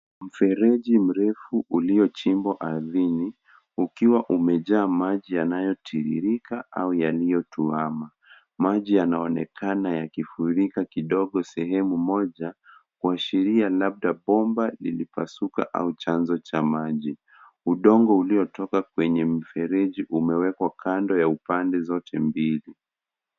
Mfereji mrefu uliochimbwa ardhini ,ukiwa umejaa maji yanayotiririka au yaliyotuhama. Maji yanaonekana yakifurika kidogo sehemu moja, kuashiria labda bomba lilipasuka au chanzo cha maji. Udongo uliotoka kwenye mfereji umewekwa kando ya upande zote mbili.